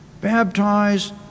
Baptize